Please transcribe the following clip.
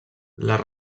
les